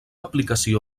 aplicació